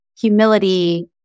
humility